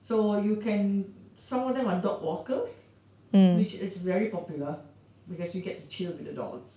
so you can some of them are dog walkers which is very popular because you get to chill with the dogs